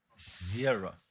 Zero